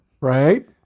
Right